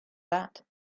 that